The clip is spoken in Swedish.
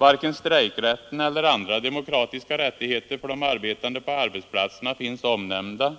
Varken strejkrätten eller andra demokratiska rättigheter för de arbetande på arbetsplatserna finns omnämnda.